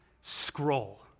scroll